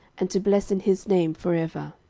and to bless in his name for ever.